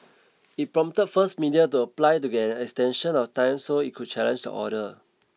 it prompted first media to apply to get an extension of time so it could challenge the order